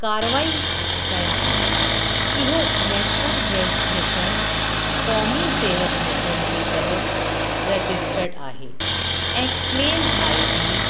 कारवाई कयां पियो इहो नैशनल हैल्थ मिशन क़ौमी सिहत मिशन जे तहत रजिस्टर्ड आहे ऐं क्लेम आईडी